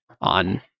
on